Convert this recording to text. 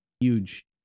Huge